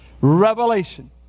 Revelation